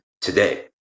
today